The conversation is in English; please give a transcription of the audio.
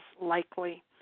likely